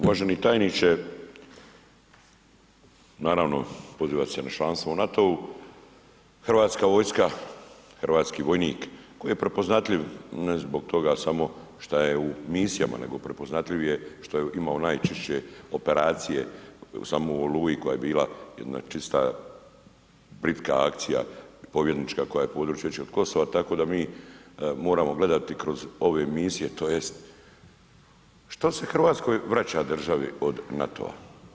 Uvaženi tajniče, naravno pozivate se na članstvo u NATO-u, Hrvatska vojska, hrvatski vojnik koji je prepoznatljiv, ne zbog toga samo šta je u misijama, nego prepoznatljiv je što je imao najčišće operacije samo u Oluji koja je bila jedna čista britka akcija pobjednička koja je područje veće od Kosova, tako da mi moramo gledati kroz ove misije tj. što se hrvatskoj vraća državi od NATO-a?